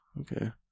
Okay